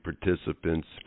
participants